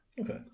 Okay